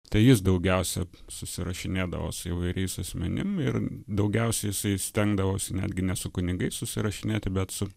tai jis daugiausia susirašinėdavo su įvairiais asmenim ir daugiausia jisai stengdavosi netgi ne su kunigais susirašinėti bet su